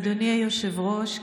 אדוני היושב-ראש,